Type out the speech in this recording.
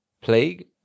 Plague